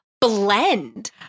blend